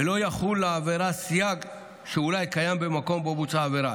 ולא יחול סייג לעבירה שאולי קיים במקום שבו בוצעה העבירה,